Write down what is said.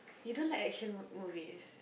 you don't like action mo~ movies